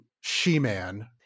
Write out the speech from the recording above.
she-man